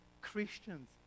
Christians